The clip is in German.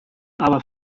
aber